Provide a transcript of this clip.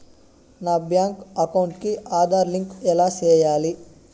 నా bank account కి Aadhaar link ఎలా సేయాలి